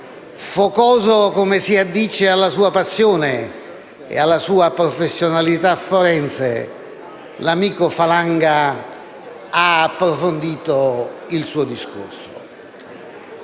focoso come si addice alla sua passione e alla sua professionalità forense, l'amico Falanga ha approfondito il suo discorso.